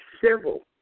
civil